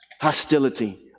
Hostility